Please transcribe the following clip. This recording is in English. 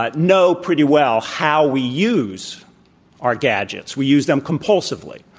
but know pretty well how we use our gadgets. we use them compulsively.